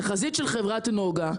התחזית של חברת נגה,